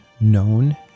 known